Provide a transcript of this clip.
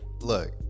look